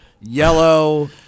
yellow